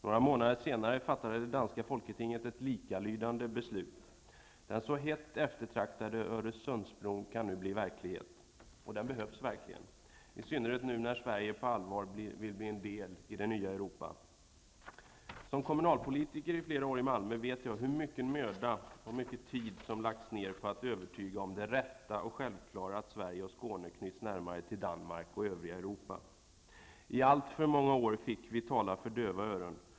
Några månader senare fattade det danska folketinget ett likalydande beslut. Den så hett eftertraktade Öresundsbron kan nu bli verklighet. Den behövs verkligen, i synnerhet nu när Sverige på allvar vill bli en del i det nya Europa Som kommunalpolitiker i flera år i Malmö vet jag hur mycket möda och tid som har lagts ner på att övertyga om det rätta och självklara i att Sverige och Skåne knyts närmare till Danmark och övriga Europa. I alltför många år fick vi tala för döva öron.